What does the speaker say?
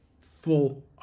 full